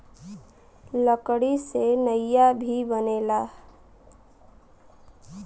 लकड़ी से नईया भी बनेला